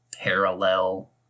parallel